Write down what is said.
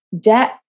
debt